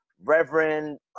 Reverend